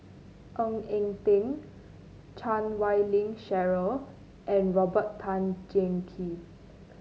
Ng Eng Teng Chan Wei Ling Cheryl and Robert Tan Jee Keng